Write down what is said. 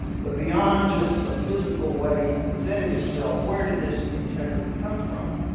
but beyond just the physical way he presented himself where did this integrity come from?